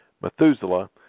Methuselah